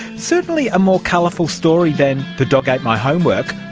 certainly a more colourful story than the dog ate my homework,